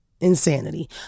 insanity